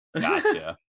Gotcha